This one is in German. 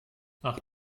ach